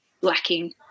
lacking